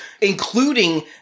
including